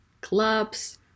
clubs